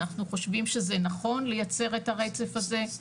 אנחנו חושבים שזה נכון לייצר את הרצף הזה,